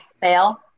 fail